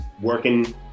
working